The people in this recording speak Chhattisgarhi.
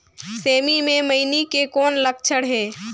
सेमी मे मईनी के कौन लक्षण हे?